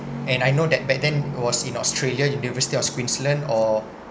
and I know that back then it was in australia university of queensland or